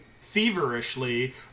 feverishly